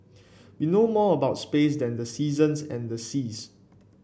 we know more about space than the seasons and the seas